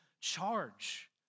charge